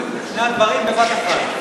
שני דברים בבת-אחת.